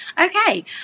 okay